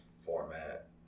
format